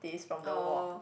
oh